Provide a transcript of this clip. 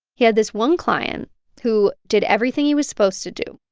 he had this one client who did everything he was supposed to do.